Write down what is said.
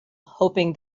hoping